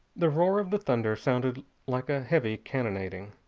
the roar of the thunder sounded like ah heavy cannonading.